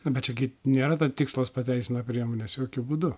bet čia nėra ta tikslas pateisina priemones jokiu būdu